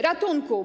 Ratunku!